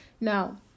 Now